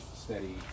steady